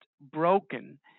broken